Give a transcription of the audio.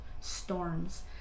storms